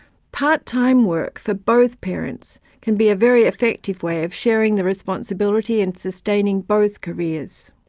part-time work for both parents can be a very effective way of sharing the responsibility and sustaining both careers.